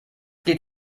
geht